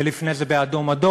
ולפני זה ב"אדום-אדום",